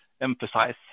emphasize